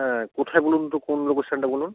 হ্যাঁ কোথায় বলুন তো কোন রপোরশানটা বলুন